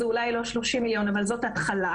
זה אולי לא 30 מיליון אבל זאת התחלה.